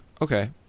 Okay